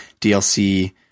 DLC